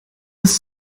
ist